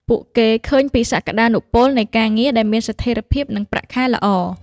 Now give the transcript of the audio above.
ពួកគេឃើញពីសក្តានុពលនៃការងារដែលមានស្ថិរភាពនិងប្រាក់ខែល្អ។